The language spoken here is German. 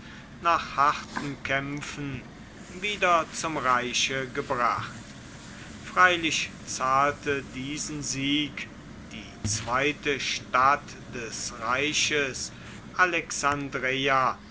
nach harten kämpfen wieder zum reiche gebracht freilich zahlte diesen sieg die zweite stadt des reiches alexandreia